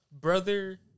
brother